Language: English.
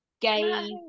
Gay